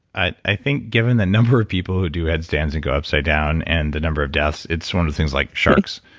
i i think given the number of people who do headstands and go upside down and the number of deaths, it's one of the things like sharks.